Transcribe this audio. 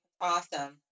Awesome